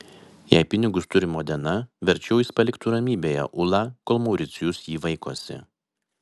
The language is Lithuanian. jei pinigus turi modena verčiau jis paliktų ramybėje ulą kol mauricijus jį vaikosi